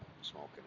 smoking